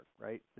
right